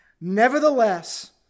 Nevertheless